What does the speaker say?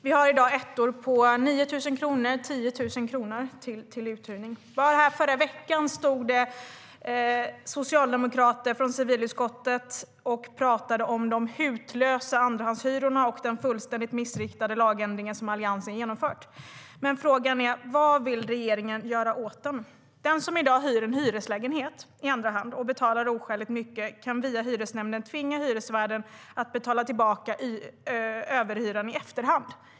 Det finns i dag ettor till uthyrning för 9 000 och 10 000 kronor. Bara förra veckan stod socialdemokrater från civilutskottet här och pratade om de hutlösa andrahandshyrorna och den fullständigt missriktade lagändring som Alliansen genomfört. Men frågan är: Vad vill regeringen göra åt den? Den som i dag hyr en hyreslägenhet i andra hand och betalar oskäligt mycket kan via hyresnämnden tvinga hyresvärden att betala tillbaka överhyran i efterhand.